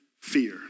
fear